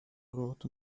brot